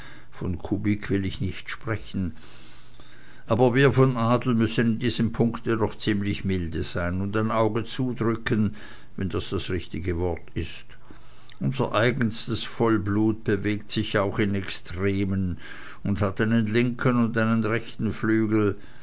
sprechen aber wir von adel müssen in diesem punkte doch ziemlich milde sein und ein auge zudrücken wenn das das richtige wort ist unser eigenstes vollblut bewegt sich auch in extremen und hat einen linken und einen rechten flügel